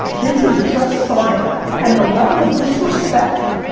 this is just starting and the level of disrespect,